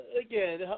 Again